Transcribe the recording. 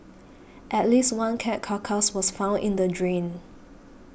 at least one cat carcass was found in the drain